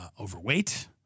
overweight